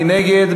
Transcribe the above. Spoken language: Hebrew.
מי נגד?